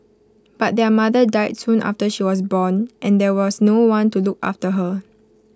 but their mother died soon after she was born and there was no one to look after her